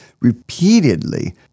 repeatedly